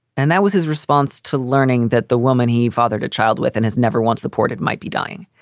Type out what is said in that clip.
and that was his response to learning that the woman he fathered a child with and has never once supported might be dying.